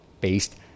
based